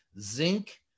zinc